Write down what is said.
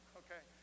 okay